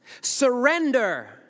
Surrender